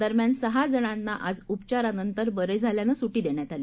दरम्यान सहाजणांनाआजउपचारानंतरबरेझाल्यानंसुटीदेण्यातआली